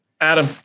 Adam